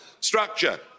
structure